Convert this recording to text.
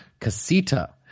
casita